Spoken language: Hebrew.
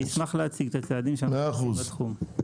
אני אשמח להציג את הצעדים שאנחנו עושים בתחום.